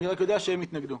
אני רק יודע שהם התנגדו.